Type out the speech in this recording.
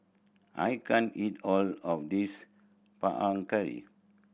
I can't eat all of this Panang Curry